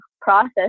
process